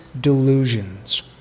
delusions